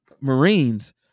Marines